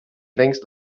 längst